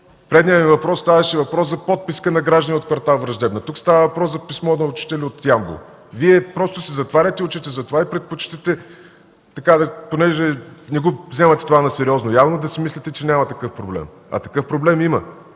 предния ми въпрос ставаше въпрос за подписка на граждани от квартал „Враждебна”, тук става въпрос за писмо на учители от Ямбол. Вие просто си затваряте очите за това и предпочитате, понеже явно не го вземате на сериозно, да си мислите, че няма такъв проблем, а такъв проблем има.